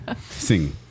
Sing